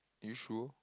you sure